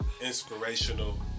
inspirational